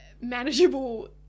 manageable